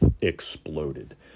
exploded